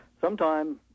sometime